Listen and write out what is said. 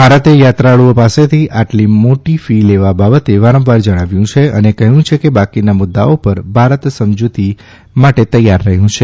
ભારતે યાત્રાળુઓ પાસેથી આટલી મોટી ફી લેવા બાબતે વારંવાર જણાવ્યું છે અને કહ્યું છે કે બાકીના મુદ્દાઓ પર ભારત સમજૂતી માટે તૈયાર રહ્યું છે